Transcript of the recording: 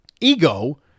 ego